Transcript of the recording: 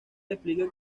explica